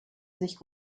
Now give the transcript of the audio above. sich